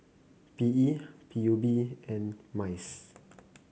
P E P U B and MICE